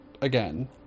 again